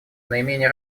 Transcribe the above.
наименее